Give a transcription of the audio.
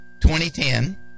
2010